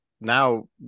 now